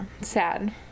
Sad